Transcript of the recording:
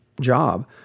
job